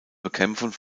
bekämpfung